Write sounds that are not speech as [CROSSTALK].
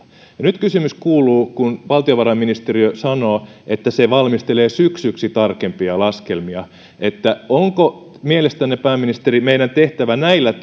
nyt kysymys kuuluu kun valtiovarainministeriö sanoo että se valmistelee syksyksi tarkempia laskelmia onko mielestänne pääministeri meidän tehtävä näillä [UNINTELLIGIBLE]